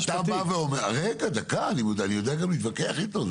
אני יודע גם להתווכח איתו,